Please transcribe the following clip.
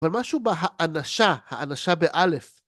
אבל משהו בהאנשה, האנשה באל"ף